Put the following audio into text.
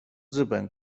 日本